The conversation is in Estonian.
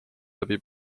läbi